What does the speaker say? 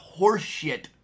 horseshit